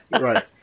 Right